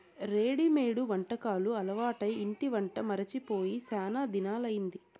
readymade వంటకాలు అలవాటై ఇంటి వంట మరచి పోయి శానా దినాలయ్యింది